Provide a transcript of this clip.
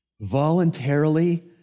voluntarily